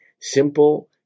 Simple